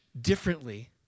differently